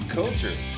culture